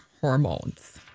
hormones